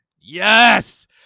yes